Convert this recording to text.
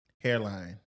Hairline